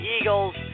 Eagles